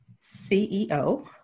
ceo